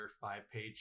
five-page